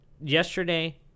yesterday